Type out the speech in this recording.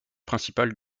principal